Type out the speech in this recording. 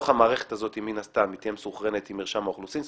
המערכת הזאת מן הסתם תהיה מסונכרנת עם מרשם האוכלוסין,